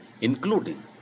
including